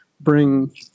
bring